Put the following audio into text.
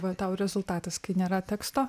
va tau rezultatas kai nėra teksto